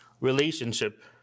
relationship